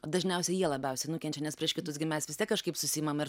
dažniausiai jie labiausiai nukenčia nes prieš kitus gi mes vis tiek kažkaip susiimam ir